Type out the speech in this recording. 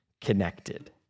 connected